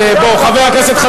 הלוואי שהיו 40 כצל'ה בכנסת.